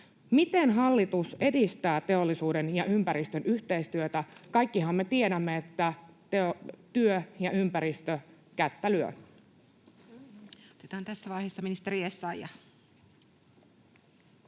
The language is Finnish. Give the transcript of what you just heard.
Miten hallitus edistää teollisuuden ja ympäristön yhteistyötä? Kaikkihan me tiedämme, että työ ja ympäristö kättä lyö. Otetaan tässä vaiheessa ministeri Essayah.